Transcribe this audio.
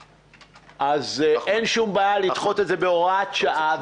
שלמה, אין שום בעיה לדחות את זה בהוראת שעה.